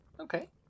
Okay